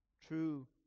true